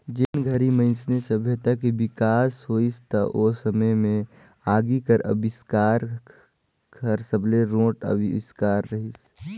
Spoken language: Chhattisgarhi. जेन घरी में मइनसे सभ्यता के बिकास होइस त ओ समे में आगी कर अबिस्कार हर सबले रोंट अविस्कार रहीस